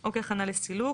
או כהכנה לסילוק,